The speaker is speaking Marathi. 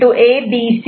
ABCD